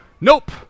nope